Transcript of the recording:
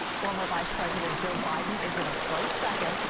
former vice president joe biden is in a close second.